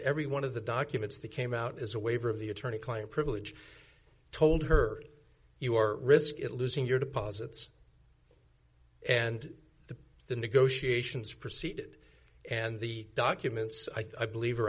every one of the documents that came out is a waiver of the attorney client privilege told her you are risking losing your deposits and the the negotiations proceeded and the documents i believe are